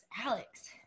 Alex